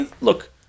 Look